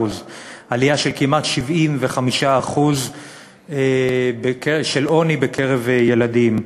עלייה של כמעט 75% של עוני בקרב ילדים.